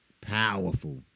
Powerful